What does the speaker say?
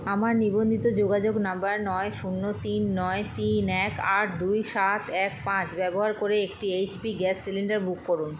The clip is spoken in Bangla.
আমার নিবন্ধিত যোগাযোগ নাম্বার নয় শূন্য তিন নয় তিন এক আট দুই সাত এক পাঁচ ব্যবহার করে একটি H P gas cylinder book করুন